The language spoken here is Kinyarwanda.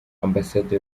ambasade